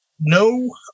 no